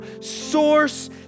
source